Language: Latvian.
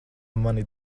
mani